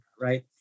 right